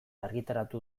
argitaratu